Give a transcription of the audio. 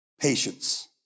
Patience